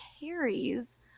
carries